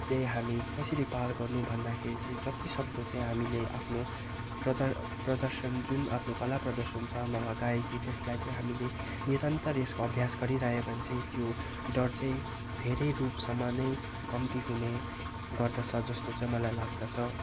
चाहिँ हामी कसरी पार गर्नु भन्दाखेरि चाहिँ जति सक्दो चाहिँ हामीले आफ्नो प्रदर प्रदर्शन जुन आफ्नो कला प्रदर्शन छन् नभए गायकी त्यसलाई चाहिँ हामीले निरन्तर यसको अभ्यास गरिरह्यो भने चाहिँ त्यो डर चाहिँ धेरै रूपसम्म नै कम्ती हुने गर्दछ जस्तो चाहिँ मलाई लाग्दछ